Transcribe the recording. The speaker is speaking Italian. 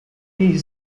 egli